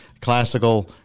classical